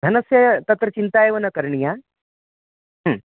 धनस्य तत्र चिन्ता एव न करणीया